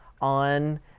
on